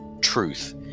truth